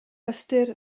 ystyr